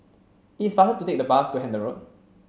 it's faster to take the bus to Hendon Road